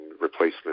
replacement